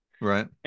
Right